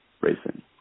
racing